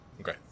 Okay